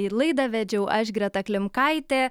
ir laidą vedžiau aš greta klimkaitė